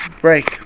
break